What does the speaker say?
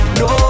no